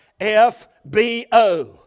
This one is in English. FBO